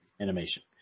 animation